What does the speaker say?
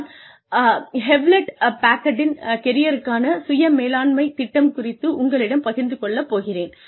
நான் ஹெவ்லெட் பேக்கர்டின் கெரியருக்கான சுய மேலாண்மை திட்டம் குறித்து உங்களிடம் பகிர்ந்து கொள்ளப் போகிறேன்